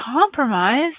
compromise